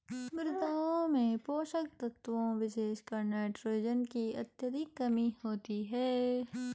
मृदाओं में पोषक तत्वों विशेषकर नाइट्रोजन की अत्यधिक कमी होती है